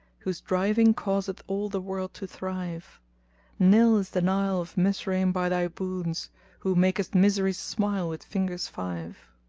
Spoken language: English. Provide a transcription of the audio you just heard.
whose driving causeth all the world to thrive nil is the nile of misraim by thy boons who makest misery smile with fingers five